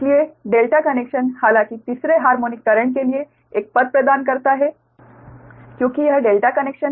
इसलिए delta connection हालांकि तीसरे हार्मोनिक करेंट के लिए एक पथ प्रदान करता है क्योंकि यह डेल्टा कनेक्शन है